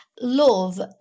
love